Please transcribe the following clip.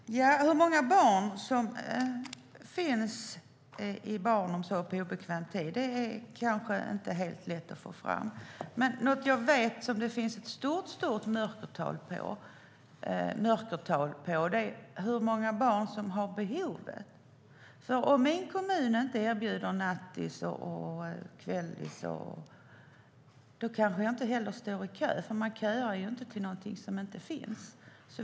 Herr talman! Hur många barn som finns i barnomsorg på obekväm tid är det kanske inte helt lätt att få fram. Men något som jag vet är att det finns ett stort mörkertal när det gäller hur många barn som har behovet. Om min kommun inte erbjuder nattis eller kvällis står jag förmodligen inte heller i kö. Man köar ju inte till någonting som inte finns.